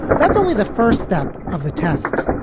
that's only the first step of the test